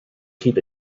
keep